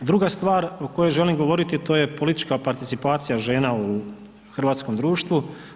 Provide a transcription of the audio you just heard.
Druga stvar o kojoj želim govoriti, a to je politička participacija žena u hrvatskom društvu.